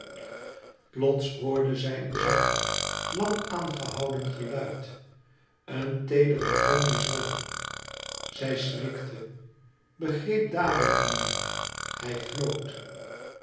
plots hoorde zij een zacht lang aangehouden geluid een teedere toon die zwol zij schrikte begreep dadelijk nu hi j floot